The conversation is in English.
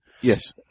Yes